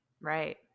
right